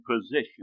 position